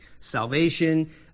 Salvation